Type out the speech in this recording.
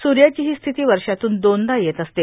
सूर्याची ही स्थिती वर्षातून दोनदा येत असते